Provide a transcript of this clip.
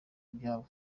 ibyabo